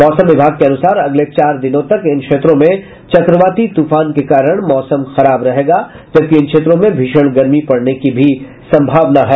मौसम विभाग के अनुसार अगले चार दिनों तक इन क्षेत्रों में चक्रवार्ती तूफान के कारण मौसम खराब रहेगा जबकि इन क्षेत्रों में भीषण गर्मी पड़ने की भी सम्भावना है